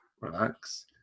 relax